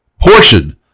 portion